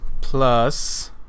plus